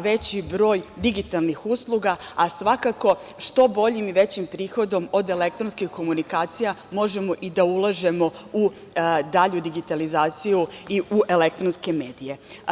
veći broj digitalnih usluga, a svakako što boljim i većim prihodom od elektronskih komunikacija, možemo i da ulažemo u dalju digitalizaciju i u elektronske medije.